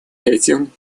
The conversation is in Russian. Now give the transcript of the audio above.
этим